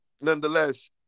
nonetheless